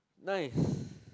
nice